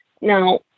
Now